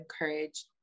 encourage